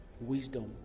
Wisdom